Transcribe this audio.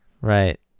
Right